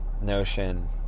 notion